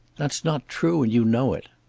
that's not true, and you know it.